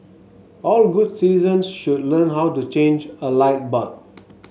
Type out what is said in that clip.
all good citizens should learn how to change a light bulb